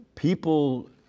People